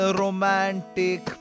romantic